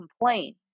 complain